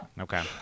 okay